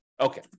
okay